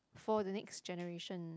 for the next generation